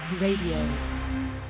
Radio